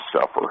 suffer